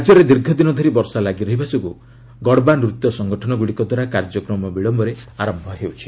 ରାଜ୍ୟରେ ଦୀର୍ଘଦିନ ଧରି ବର୍ଷା ଲାଗିରହିବା ଯୋଗୁଁ ଗର୍ବା ନୃତ୍ୟ ସଙ୍ଗଠନଗୁଡ଼ିକଦ୍ୱାରା କାର୍ଯ୍ୟକ୍ରମ ବିଳୟରେ ଆରମ୍ଭ ହେଉଛି